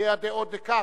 הוגה הדעות דקארט,